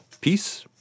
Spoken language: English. peace